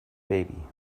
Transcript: baby